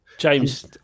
James